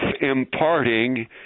imparting